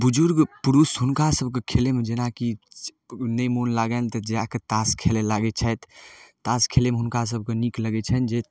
बुजुर्ग पुरुख हुनकासभके खेलैमे जेनाकि नहि मोन लागनि तऽ जाकऽ ताश खेलऽ लागै छथि ताश खेलैमे हुनकासभके नीक लागै छनि जे